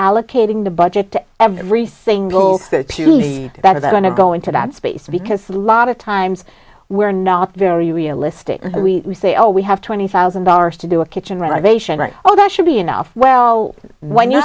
allocating the budget to every single state t v better than to go into that space because a lot of times we're not very realistic we say oh we have twenty thousand dollars to do a kitchen renovation right well that should be enough well when you